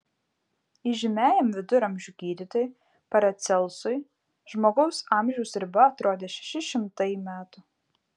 įžymiajam viduramžių gydytojui paracelsui žmogaus amžiaus riba atrodė šeši šimtai metų